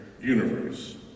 universe